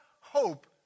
hope